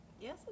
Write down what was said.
Yes